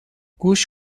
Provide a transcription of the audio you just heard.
گوش